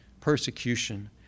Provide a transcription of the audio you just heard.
persecution